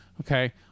okay